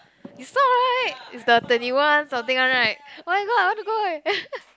you saw right it's the twenty one something one right oh-my-god I want to go eh